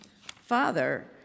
Father